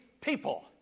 people